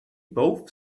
both